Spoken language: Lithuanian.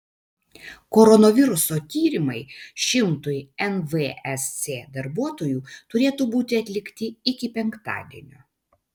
koronaviruso tyrimai šimtui nvsc darbuotojų turėtų būti atlikti iki penktadienio